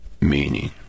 meaning